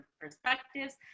perspectives